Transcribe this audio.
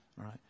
right